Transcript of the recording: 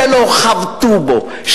שלא חבטו בו,